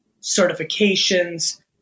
certifications